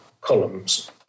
columns